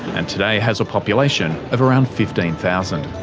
and today has a population of around fifteen thousand.